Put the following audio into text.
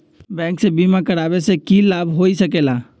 Bank से बिमा करावे से की लाभ होई सकेला?